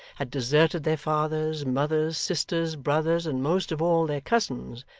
had deserted their fathers, mothers, sisters, brothers, and, most of all, their cousins,